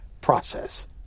process